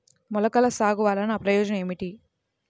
మొలకల సాగు వలన ప్రయోజనం ఏమిటీ?